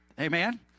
Amen